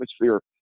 atmosphere